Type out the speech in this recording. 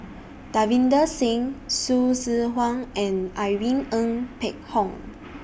Davinder Singh Hsu Tse Kwang and Irene Ng Phek Hoong